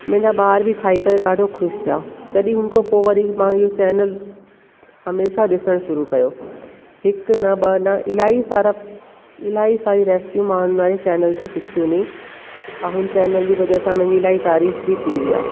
मुंहिंजा ॿार बि खाई करे ॾाढो ख़ुशि थिया तॾहिं हुन खां वरी मां इहो चैनल हमेशह ॾिसण शुरु कयो हिकु न ॿ न इलाही सारा इलाही सारी रेसिपी मां नए चैनल ते सिखियूं नी ऐं हुन चैनल जी वजह सां मां इलाही तारीफ़ बि थींदी आहे